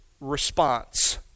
response